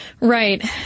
Right